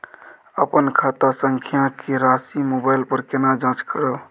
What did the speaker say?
अपन खाता संख्या के राशि मोबाइल पर केना जाँच करब?